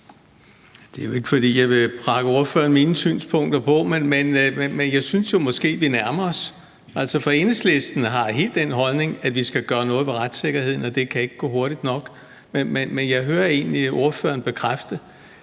Det er jo ikke, fordi jeg vil prakke ordføreren mine synspunkter på, men jeg synes måske, at vi nærmer os hinanden, for Enhedslisten har helt den holdning, at vi skal gøre noget ved retssikkerheden, og at det ikke kan gå hurtigt nok. Men jeg hører egentlig ordføreren bekræfte,